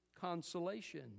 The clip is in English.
consolation